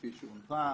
כפי שהונחה,